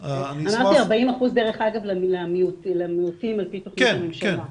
אמרתי 40% דרך אגב למיעוטים על פי תוכנית הממשלה.